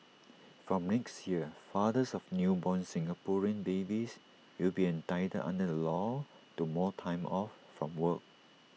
from next year fathers of newborn Singaporean babies will be entitled under the law to more time off from work